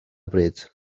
bryd